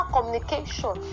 communication